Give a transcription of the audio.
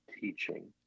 teaching